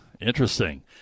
Interesting